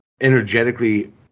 energetically